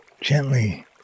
gently